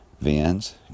Vans